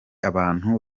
abantu